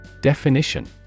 Definition